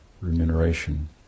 remuneration